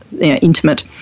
intimate